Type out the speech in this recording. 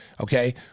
Okay